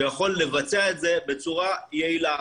שיכול לבצע את זה בצורה יעילה.